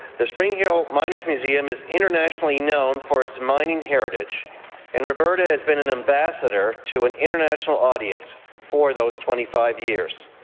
the spring hill miners museum is internationally known for its mining heritage and roberta has been an an ambassador to an international audience for those twenty five years.